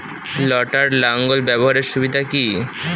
লটার লাঙ্গল ব্যবহারের সুবিধা কি?